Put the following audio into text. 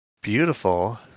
beautiful